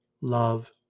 love